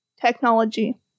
technology